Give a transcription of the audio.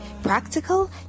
practical